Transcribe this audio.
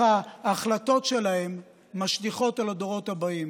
ההחלטות שלהם משליכות על הדורות הבאים,